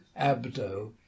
Abdo